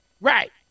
Right